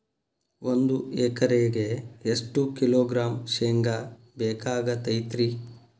ಒಂದು ಎಕರೆಗೆ ಎಷ್ಟು ಕಿಲೋಗ್ರಾಂ ಶೇಂಗಾ ಬೇಕಾಗತೈತ್ರಿ?